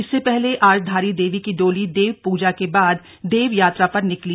इससे पहले आज धारी देवी की डोली देव पूजा के बाद देवयात्रा पर निकली